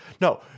no